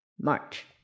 March